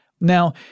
Now